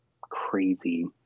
crazy